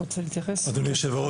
אדוני היושב-ראש,